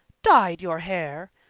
dyed your hair!